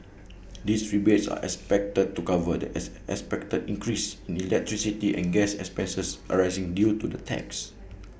these rebates are expected to cover the expected increase in electricity and gas expenses arising due to the tax